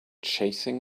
chasing